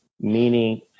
meaning